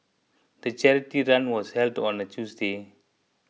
the charity run was held on a Tuesday